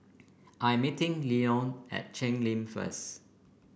I am meeting Lenon at Cheng Lim first